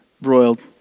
broiled